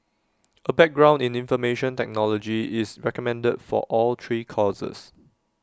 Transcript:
A background in information technology is recommended for all three courses